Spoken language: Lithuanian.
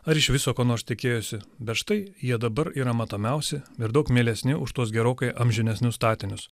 ar iš viso ko nors tikėjosi bet štai jie dabar yra matomiausi per daug mielesni už tuos gerokai amžinesnius statinius